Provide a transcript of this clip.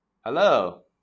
Hello